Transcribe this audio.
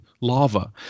lava